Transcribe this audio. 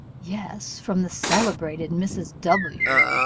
yes! from the celebrated mrs. w,